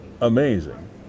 amazing